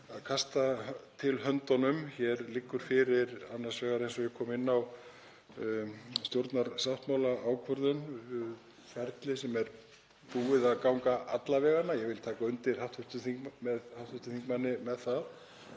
að kasta til höndunum. Hér liggur fyrir annars vegar, eins og ég kom inn á, stjórnarsáttmálaákvörðun, ferli sem er búið að ganga alla vega, ég vil taka undir hv. þingmanni með það,